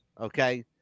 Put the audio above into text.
Okay